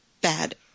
bad